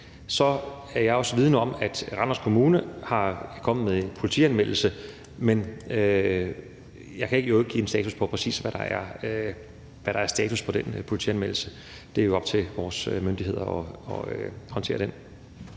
Så er jeg også vidende om, at Randers Kommune er kommet med en politianmeldelse, men jeg kan jo ikke give en præcis status på den politianmeldelse; det er jo op til vores myndigheder at håndtere den.